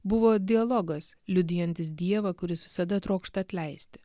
buvo dialogas liudijantis dievą kuris visada trokšta atleisti